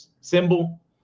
symbol